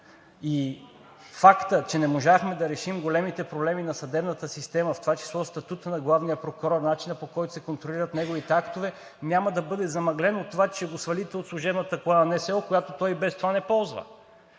И факта, че не можахме да решим големите проблеми на съдебната система, в това число статута на главния прокурор, начина, по който се контролират неговите актове, няма да бъде замъглено от това, че ще го свалите от служебната кола на НСО, която той и без това не ползва.